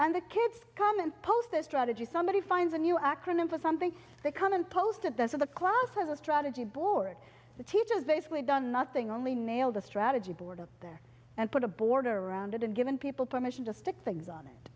and the kids come and post their strategy somebody finds a new acronym for something they come and post it there so the class has a strategy board the teacher is basically done nothing only nailed the strategy board there and put a border around it and giving people permission to stick things on it